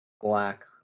Black